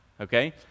okay